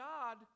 God